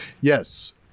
Yes